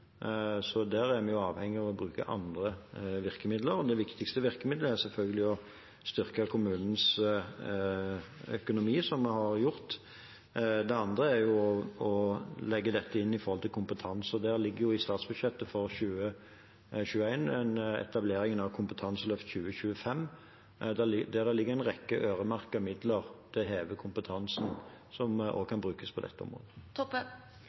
så der er vi avhengige av å bruke andre virkemidler. Det viktigste virkemiddelet er selvfølgelig å styrke kommunenes økonomi, noe vi har gjort. Det andre er å legge dette inn i forhold til kompetanse, og i statsbudsjettet for 2020–2021 ligger jo etableringen av Kompetanseløft 2025, der det ligger en rekke øremerkede midler til å heve kompetansen, som også kan brukes på dette området.